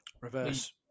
reverse